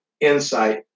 insight